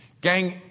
Gang